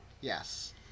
Yes